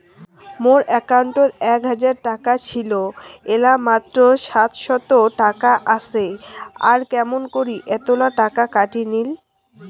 মোর একাউন্টত এক হাজার টাকা ছিল এলা মাত্র সাতশত টাকা আসে আর কেমন করি এতলা টাকা কাটি নিল?